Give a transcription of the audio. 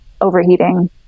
overheating